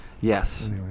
Yes